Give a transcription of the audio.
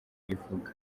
ivuga